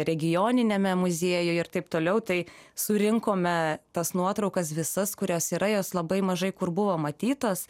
regioniniame muziejuj ir taip toliau tai surinkome tas nuotraukas visas kurias yra jos labai mažai kur buvo matytos